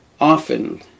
often